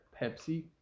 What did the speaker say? Pepsi